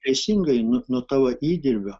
teisingai nuo nuo tavo įdirbio